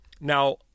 Now